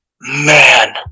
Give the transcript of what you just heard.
Man